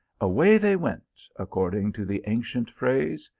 away they went, according to the ancient phrase,